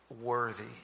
worthy